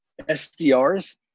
SDRs